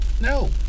No